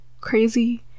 crazy